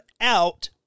out